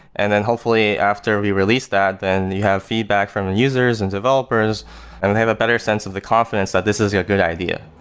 and then hopefully after we release that, then you have feedback from the users and developers and they have a better sense of the confidence that this is a good idea.